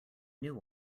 new